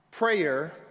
Prayer